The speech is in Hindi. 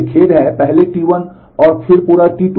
मुझे खेद है पहले T1 और फिर पूरे T2